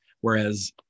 Whereas